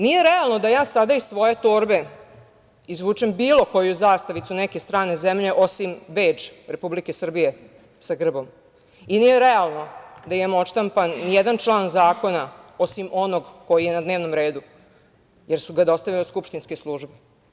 Nije realno da ja sada iz svoje torbe izvučem bilo koju zastavicu neke strane zemlje osim bedž Republike Srbije sa grbom i nije realno da imamo odštampan ni jedan član zakona, osim onog koji je na dnevnom redu, jer su ga dostavile skupštinske službe.